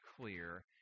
clear